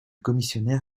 commissionnaire